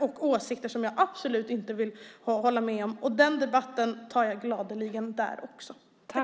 och åsikter som jag absolut inte vill hålla med om. Den debatten tar jag gladeligen också där.